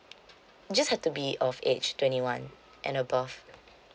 just have to be of age twenty one and above